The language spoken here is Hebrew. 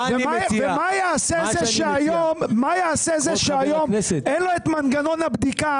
מה יעשה זה שהיום אין לו את מנגנון הבדיקה